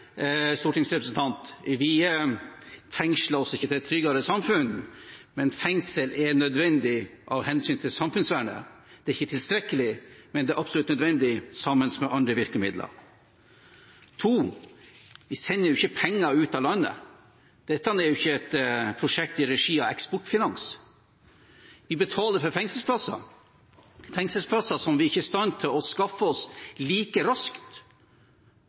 stortingsrepresentant, vi fengsler oss ikke til et tryggere samfunn, men fengsel er nødvendig av hensyn til samfunnsvernet. Det er ikke tilstrekkelig, men det er absolutt nødvendig, sammen med andre virkemidler. For det andre: Vi sender jo ikke penger ut av landet. Dette er ikke et prosjekt i regi av Eksportfinans. Vi betaler for fengselsplasser, fengselsplasser som vi ikke er i stand til å skaffe oss like raskt